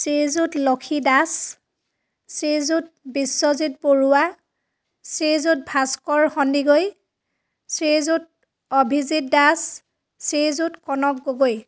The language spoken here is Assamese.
শ্ৰীযুত লক্ষী দাস শ্ৰীযুত বিশ্বজিৎ বৰুৱা শ্ৰীযুত ভাস্কৰ সন্দিকৈ শ্ৰীযুত অভিজিৎ দাস শ্ৰীযুত কনক গগৈ